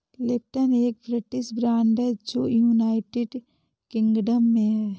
Lipton एक British brand है जो यूनाइटेड किंगडम में है